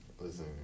Listen